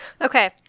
Okay